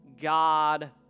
God